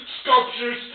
sculptures